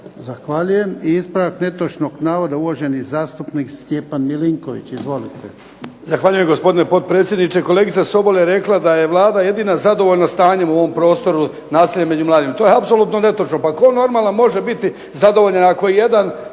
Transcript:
Zahvaljujem. Ispravak netočnog navoda uvažena zastupnica Neda Klarić. Izvolite.